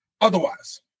otherwise